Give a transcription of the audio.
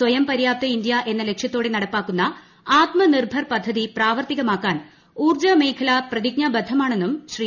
സ്വയംപര്യാപ്ത India എന്ന ലക്ഷ്യത്തോടെ നടപ്പാക്കുന്ന ആത്മനിർഭർ പദ്ധതി പ്രാവർത്തികമാക്കാൻ ഊർജ്ജമേഖല പ്രതിജ്ഞാബദ്ധമാണെന്നും ശ്രീ